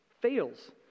fails